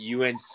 UNC